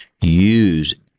use